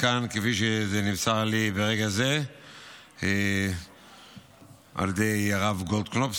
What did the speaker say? כאן כפי שנמסר לי ברגע זה על ידי הרב גולדקנופ,